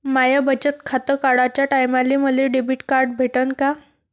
माय बचत खातं काढाच्या टायमाले मले डेबिट कार्ड भेटन का?